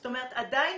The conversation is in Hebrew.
זאת אומרת, עדיין